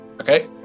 Okay